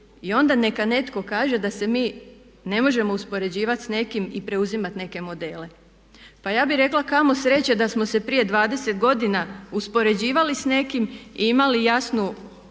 I onda neka netko kaže da se mi ne možemo uspoređivati s nekim i preuzimati neke modele. Pa ja bih rekla kamo sreće da smo se prije 20 godina uspoređivali s nekim i imali jasnu viziju